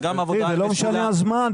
וגם עבודה --- זה לא משנה הזמן,